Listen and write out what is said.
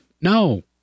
no